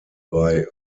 bei